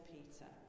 Peter